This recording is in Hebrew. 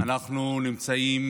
אנחנו נמצאים